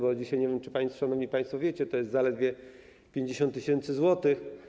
Bo dzisiaj nie wiem, czy szanowni państwo wiecie, to jest zaledwie 50 tys. złotych.